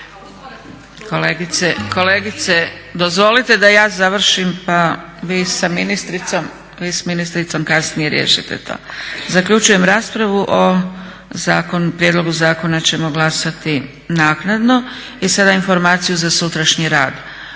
Kolegice, dozvolite da ja završim pa vi sa ministricom kasnije riješite to. Zaključujem raspravu. O prijedlogu zakona ćemo glasati naknadno. I sada informaciju za sutrašnji rad.